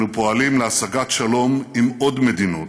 אנחנו פועלים להשגת שלום עם עוד מדינות,